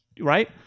right